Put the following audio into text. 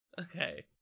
Okay